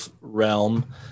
realm